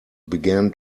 began